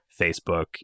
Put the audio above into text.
Facebook